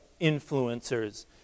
influencers